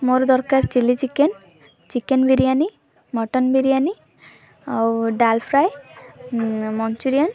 ମୋର ଦରକାର chilli chicken chicken biryani mutton biryani ଆଉ ଡାଲ୍ ଫ୍ରାଏ ମଞ୍ଚୁରିଆନ୍